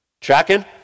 Tracking